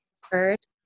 first